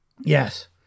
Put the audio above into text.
Yes